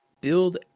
build